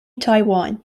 taiwan